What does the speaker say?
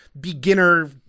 beginner